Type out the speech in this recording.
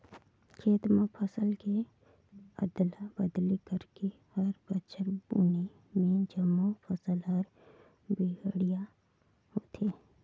खेत म फसल के अदला बदली करके हर बछर बुने में जमो फसल हर बड़िहा होथे